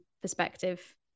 perspective